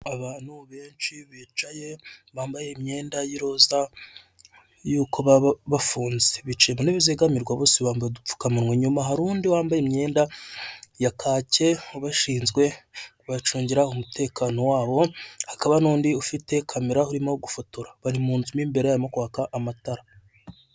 Abantu benshi bicaye bambaye imyenda y'iroza, yuko baba bafunze bicaye mu intebe zegamirwa bose bambaye udupfukamunwa, inyuma hari undi wambaye imyenda ya kake ubashinzwe, arabacungira umutekano wabo, hakaba n'undi ufite kamera arimo gufotora bari mu nzu n'imberemo kwaka amatara.